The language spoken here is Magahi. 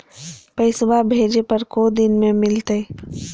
पैसवा भेजे पर को दिन मे मिलतय?